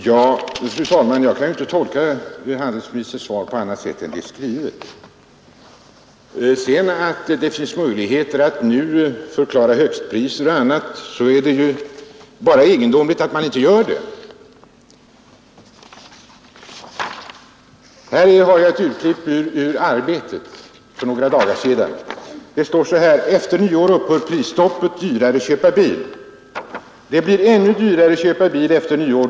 Fru talman! Jag kan ju inte tolka handelsministerns svar på annat sätt än det är skrivet. När det sedan finns möjligheter att förklara högstpriser, så är det ju bara egendomligt att man inte gör det. Jag har här ett urklipp ur Arbetet för den 25 november, där det heter: Det blir ännu dyrare att köpa bil efter nyåret.